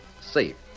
Safe